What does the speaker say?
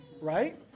Right